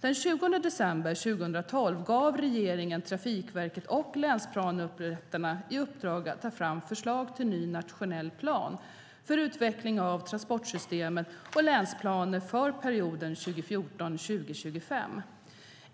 Den 20 december 2012 gav regeringen Trafikverket och länsplaneupprättarna i uppdrag att ta fram förslag till ny nationell plan för utveckling av transportsystemet och länsplaner för perioden 2014-2025.